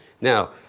Now